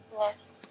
Yes